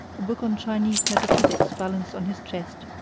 a book on chinese metaphysics balanced on his chest,